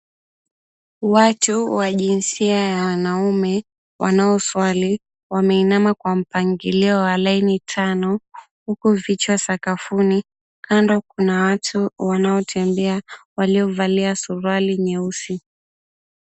Watu wa jinsia ya wanaume wanao swali wameinama kwa mpangilio wa laini tano huku vichwa sakafuni kando, kuna watu wanaotembea waliovalia suruali nyeusi.